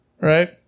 right